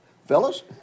Fellas